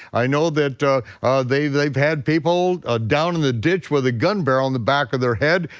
i know that they've they've had people ah down in the ditch with a gun barrel in the back of their head,